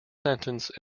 sentence